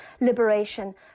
liberation